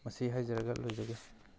ꯃꯁꯤ ꯍꯥꯏꯖꯔꯒ ꯂꯣꯏꯖꯒꯦ